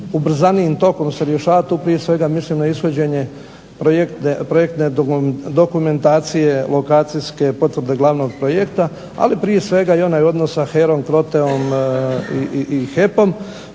ubrzanijim tokom se rješavati, tu prije svega mislim na ishođenje projektne dokumentacije, lokacijske potvrde glavnog projekta, ali prije svega i onaj odnos sa HERA-om, PROTEO-om i HEP-om.